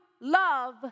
love